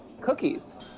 cookies